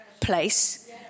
place